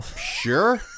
Sure